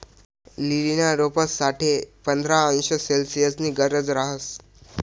लीलीना रोपंस साठे पंधरा अंश सेल्सिअसनी गरज रहास